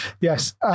yes